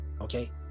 Okay